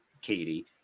Katie